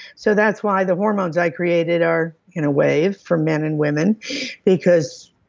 so that's why the hormones i created are in a wave for men and women because